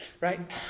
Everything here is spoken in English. Right